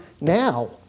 now